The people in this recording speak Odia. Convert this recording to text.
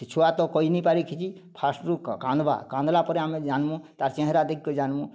ଛୁଆ ତ କହିନାଇଁ ପାରେ କିଛି ଫାଷ୍ଟରୁ କାନ୍ଦବା କାନ୍ଦଲା ପରେ ଆମେ ଜାଣିମୁ ତା'ର ଚେହେରା ଦେଖ୍କରି ଜାଣିମୁ